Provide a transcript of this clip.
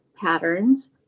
patterns